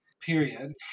period